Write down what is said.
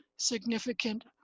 significant